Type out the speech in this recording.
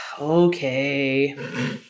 okay